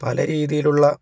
പല രീതിയിലുള്ള